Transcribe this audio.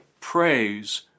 praise